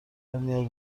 ولی